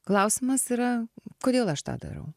klausimas yra kodėl aš tą darau